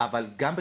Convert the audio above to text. גם.